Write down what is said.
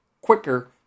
quicker